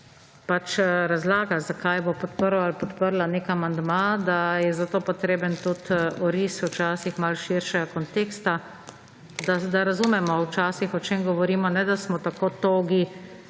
razlaga zakaj bo podprl ali podprla nek amandma, da je za to potreben tudi oris včasih malo širše konteksta, da razumemo včasih o čem govorimo, ne da smo tako togi